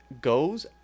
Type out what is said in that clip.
goes